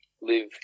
live